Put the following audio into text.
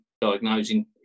diagnosing